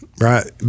right